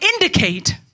indicate